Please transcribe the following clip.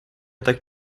так